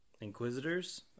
Inquisitors